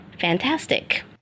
fantastic